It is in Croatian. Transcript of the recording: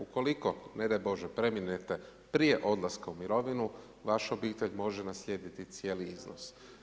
Ukoliko ne daj Bože preminete prije odlaska u mirovinu Vaša obitelj može naslijediti cijeli iznos.